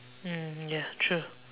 mm ya true